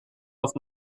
auf